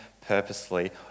purposely